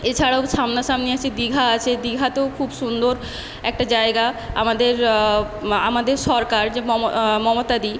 এছাড়াও সামনা সামনি আছে দিঘা আছে দিঘাতেও খুব সুন্দর একটা জায়গা আমাদের আমাদের সরকার যে মম মমতা দি